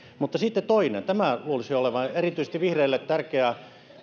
mutta sitten toinen asia tämän luulisi olevan erityisesti vihreille tärkeä